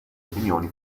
opinioni